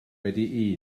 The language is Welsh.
wedi